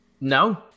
No